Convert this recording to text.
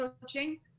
coaching